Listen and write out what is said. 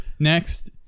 Next